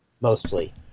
mostly